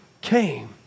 came